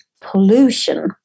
pollution